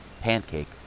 pancake